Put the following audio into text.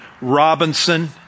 Robinson